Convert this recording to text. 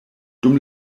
dum